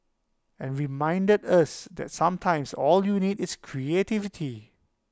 and reminded us that sometimes all you need is creativity